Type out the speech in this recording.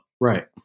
Right